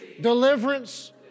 deliverance